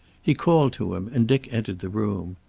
he called to him, and dick entered the room.